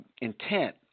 intent